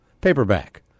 paperback